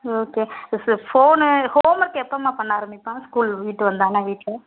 okay இப்போ phone homework எப்போம்மா பண்ண ஆரம்பிப்பான் ஸ்கூல் விட்டு வந்தொடன்னா வீட்டில்